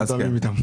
כן.